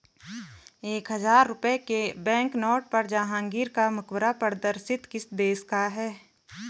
एक हजार रुपये के बैंकनोट पर जहांगीर का मकबरा प्रदर्शित किस देश का है?